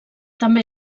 també